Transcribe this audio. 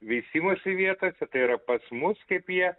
veisimosi vietose tai yra pas mus kaip jie